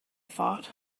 thought